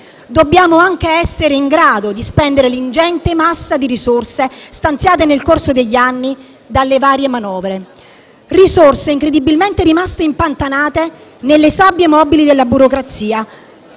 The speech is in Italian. Dobbiamo però anche essere in grado di spendere l'ingente massa di risorse stanziate nel corso degli anni dalle varie manovre, risorse incredibilmente rimaste impantanate nelle sabbie mobili della burocrazia.